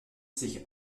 sich